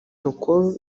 alcool